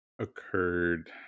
Occurred